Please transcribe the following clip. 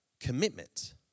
commitment